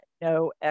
no